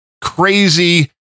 crazy